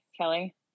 Kelly